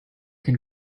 can